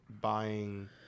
buying